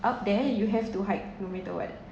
up there you have to hike no matter what